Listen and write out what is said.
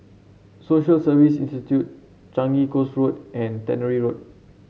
Social Service Institute Changi Coast Road and Tannery Road